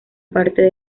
parte